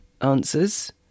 answers